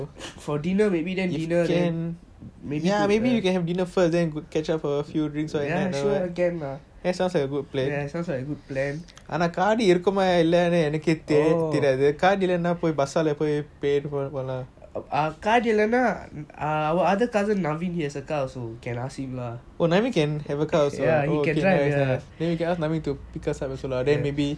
for dinner maybe then dinner then ya sure can lah ya sounds like a good plan oh காடி இல்லனா:gaadi illana other cousin laveen he has a car also can ask him lah ya he can drive